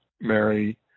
Mary